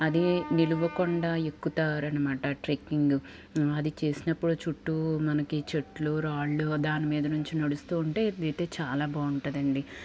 అది నిలువకొండా ఎక్కుతారు అనమాట ట్రెక్కింగ్ అది చేసినప్పుడు మనకు చెట్లు రాళ్లు దాని మీద నుండి నడుస్తూ ఉంటే వ్యూ అయితే చాలా బాగుంటుందండి